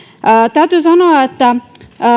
täytyy sanoa että